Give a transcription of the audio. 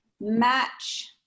match